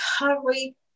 recovery